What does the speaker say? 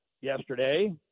yesterday